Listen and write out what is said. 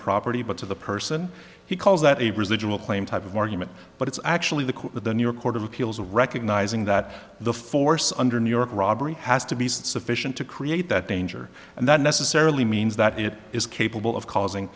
property but to the person he calls that a residual claim type of argument but it's actually the core of the new york court of appeals recognizing that the force under new york robbery has to be sufficient to create that danger and that necessarily means that it is capable of causing